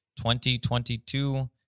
2022